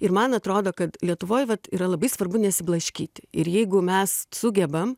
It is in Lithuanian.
ir man atrodo kad lietuvoj vat yra labai svarbu nesiblaškyti ir jeigu mes sugebam